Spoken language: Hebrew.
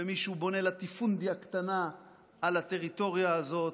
ומישהו בונה לטיפונדיה קטנה על הטריטוריה הזאת.